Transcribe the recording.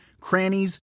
crannies